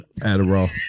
Adderall